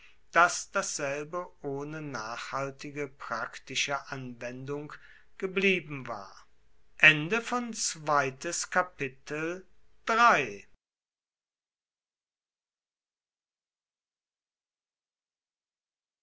daß dasselbe ohne nachhaltige praktische anwendung geblieben war